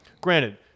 Granted